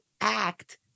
act